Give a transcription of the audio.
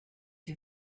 who